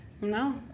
No